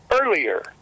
earlier